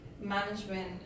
management